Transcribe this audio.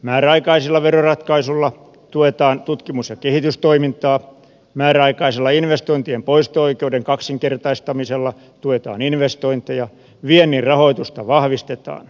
määräaikaisilla veroratkaisuilla tuetaan tutkimus ja kehitystoimintaa määräaikaisella investointien poisto oikeuden kaksinkertaistamisella tuetaan investointeja viennin rahoitusta vahvistetaan